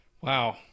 Wow